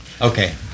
Okay